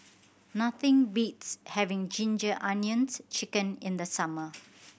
nothing beats having Ginger Onions Chicken in the summer